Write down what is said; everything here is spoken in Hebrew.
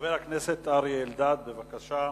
חבר הכנסת אריה אלדד, בבקשה.